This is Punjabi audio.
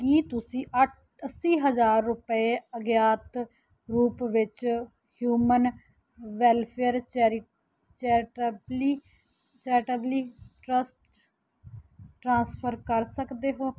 ਕੀ ਤੁਸੀਂਂ ਅੱ ਅੱਸੀ ਹਜ਼ਾਰ ਰੁਪਏ ਅਗਿਆਤ ਰੂਪ ਵਿੱਚ ਹਿਊਮਨ ਵੈਲਫ਼ੇਅਰ ਚੈਰੀ ਚੈਰਿਟੇਬਲੀ ਚੈਰਟੇਬਲੀ ਟ੍ਰਸਟ ਟ੍ਰਾਂਸਫਰ ਕਰ ਸਕਦੇ ਹੋ